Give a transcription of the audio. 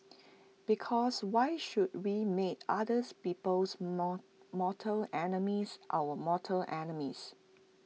because why should we make others people's more mortal enemies our mortal enemies